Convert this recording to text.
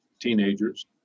teenagers